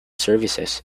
services